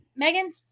Megan